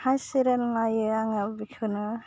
हाइस सिरियाल नायो आङो बिखौनो